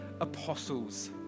apostles